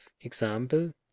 Example